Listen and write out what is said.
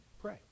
pray